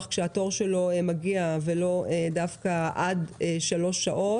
כשהתור שלו מגיע ולא דווקא עד שלוש שעות.